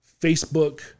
Facebook